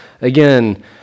again